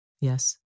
Yes